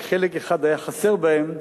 רק חלק אחד היה חסר בהם,